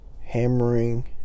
hammering